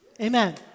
Amen